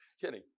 Kidding